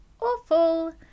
awful